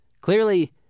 Clearly